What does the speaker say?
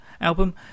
album